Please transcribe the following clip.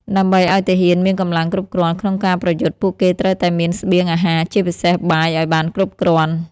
ដើម្បីឱ្យទាហានមានកម្លាំងគ្រប់គ្រាន់ក្នុងការប្រយុទ្ធ ពួកគេត្រូវតែមានស្បៀងអាហារ ជាពិសេសបាយឲ្យបានគ្រប់គ្រាន់។